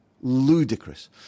ludicrous